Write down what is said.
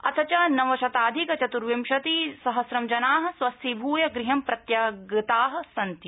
अथ च नवशताधिक चतुर्विंशतिसहस्रं जना स्वस्थीभूय गृहं प्रत्यागता सन्ति